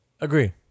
Agree